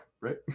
right